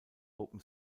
open